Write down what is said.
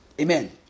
Amen